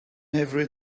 every